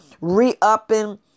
re-upping